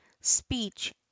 speech